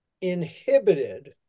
inhibited